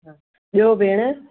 ॿियो भेण